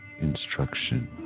instruction